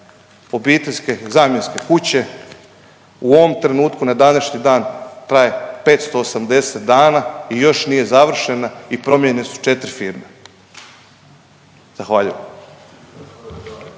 obiteljske zamjenske kuće u ovom trenutku na današnji dan traje 580 dana i još nije završene u promijenjene su 4 firme. Zahvaljujem.